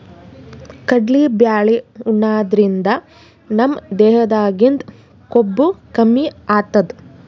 ಕಲ್ದಿ ಬ್ಯಾಳಿ ಉಣಾದ್ರಿನ್ದ ನಮ್ ದೇಹದಾಗಿಂದ್ ಕೊಬ್ಬ ಕಮ್ಮಿ ಆತದ್